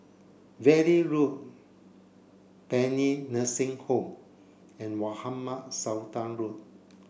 Valley Road Paean Nursing Home and Mohamed Sultan Road